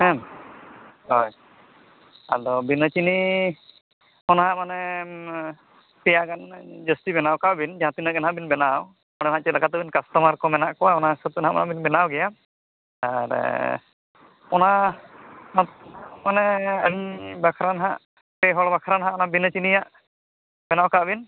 ᱦᱮᱸ ᱦᱳᱭ ᱟᱫᱚ ᱵᱤᱱᱟᱹ ᱪᱤᱱᱤ ᱚᱱᱟ ᱦᱟᱸᱜ ᱢᱟᱱᱮ ᱯᱮᱭᱟ ᱜᱟᱱ ᱤᱧ ᱡᱟᱹᱥᱛᱤ ᱵᱮᱱᱟᱣ ᱠᱟᱜ ᱵᱤᱱ ᱡᱟᱦᱟᱸ ᱛᱤᱱᱟᱹᱜ ᱜᱮ ᱱᱟᱦᱟᱜ ᱵᱤᱱ ᱵᱮᱱᱟᱣ ᱚᱱᱟ ᱦᱟᱸᱜ ᱪᱮᱫ ᱞᱮᱠᱟ ᱛᱮᱵᱤᱱ ᱠᱟᱥᱴᱚᱢᱟᱨ ᱠᱚ ᱢᱮᱱᱟᱜ ᱠᱚᱣᱟ ᱚᱱᱟ ᱦᱤᱥᱟᱹᱵ ᱛᱮ ᱱᱟᱦᱟᱜ ᱵᱮᱱ ᱵᱮᱱᱟᱣ ᱜᱮᱭᱟ ᱟᱨ ᱚᱱᱟ ᱢᱟᱱᱮ ᱟᱹᱞᱤᱧ ᱵᱟᱠᱷᱨᱟ ᱦᱟᱸᱜ ᱯᱮ ᱦᱚᱲ ᱵᱟᱠᱷᱨᱟ ᱦᱟᱸᱜ ᱚᱱᱟ ᱵᱤᱱᱟᱹ ᱪᱤᱱᱤᱭᱟᱜ ᱵᱮᱱᱟᱣ ᱠᱟᱜ ᱵᱤᱱ